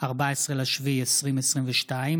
14 ביולי 2022,